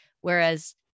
whereas